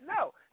No